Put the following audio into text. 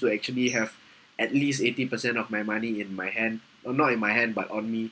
to actually have at least eighty percent of my money in my hand oh not in my hand but on me